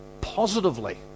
positively